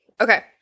Okay